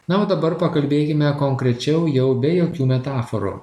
na o dabar pakalbėkime konkrečiau jau be jokių metaforų